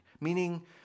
meaning